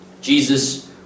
Jesus